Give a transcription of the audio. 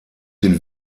den